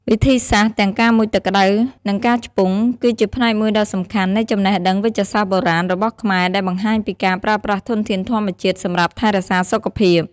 វិធីសាស្ត្រទាំងការមុជទឹកក្តៅ និងការឆ្ពង់ គឺជាផ្នែកមួយដ៏សំខាន់នៃចំណេះដឹងវេជ្ជសាស្ត្របុរាណរបស់ខ្មែរ ដែលបង្ហាញពីការប្រើប្រាស់ធនធានធម្មជាតិសម្រាប់ថែរក្សាសុខភាព។